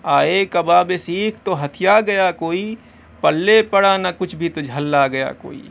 آئے کباب سیخ تو ہتھیا گیا کوئی پلے پڑا نہ کچھ بھی تو جھلا گیا کوئی